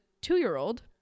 two-year-old